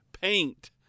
paint